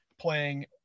playing